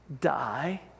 die